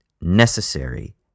necessary